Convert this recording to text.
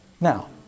Now